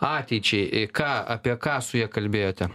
ateičiai ką apie ką su ja kalbėjote